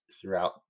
throughout